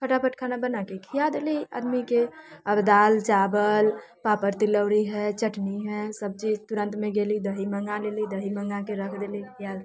फटाफट खाना बनाके खिया देली आदमीके अब दालि चावल पापड़ तिलौरी हय चटनी हय सब्जी हय तुरन्तमे गेली दही मँगा लेली दही मँगाके रख देली